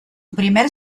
primer